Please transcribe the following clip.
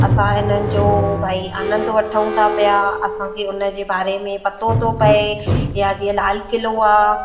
असां इम्हनि जो भई आनंद वठूं था पिया असांखे उन जे बारे में पतो थो पए या जीअं लाल क़िलो आहे